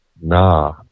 Nah